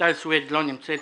רויטל סויד לא נמצאת.